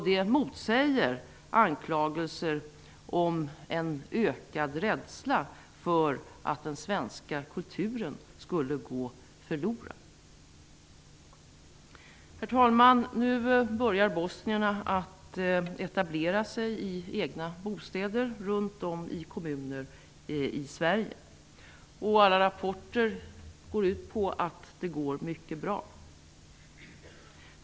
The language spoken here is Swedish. Det motsäger anklagelser om en ökad rädsla för att den svenska kulturen skall gå förlorad. Herr talman! Nu börjar bosnierna att etablera sig i egna bostäder i kommuner runt om i Sverige. Alla rapporter visar att det går mycket bra.